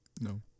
No